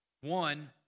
One